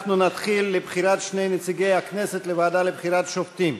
אנחנו נתחיל עם בחירת שני נציגי הכנסת לוועדה לבחירת שופטים.